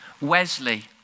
Wesley